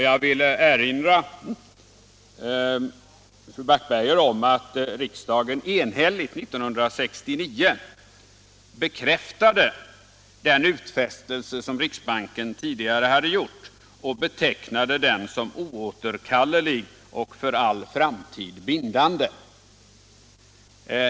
Jag vill erinra fru Backberger om att riksdagen år 1969 enhälligt bekräftade den utfästelse som riksbanken tidigare hade gjort och betecknade den som oåterkallelig och för all framtid bindande.